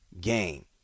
game